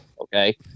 Okay